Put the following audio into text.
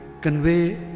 convey